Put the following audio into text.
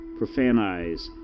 profanize